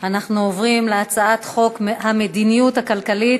זה לא יעזור לעניים,